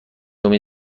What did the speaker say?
امین